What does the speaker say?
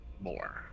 more